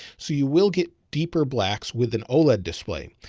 so you will get deeper blacks with an oled display.